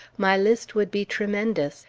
my list would be tremendous,